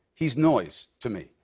he's noise to me.